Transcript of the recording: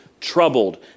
troubled